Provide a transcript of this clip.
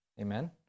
Amen